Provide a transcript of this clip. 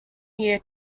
year